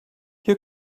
you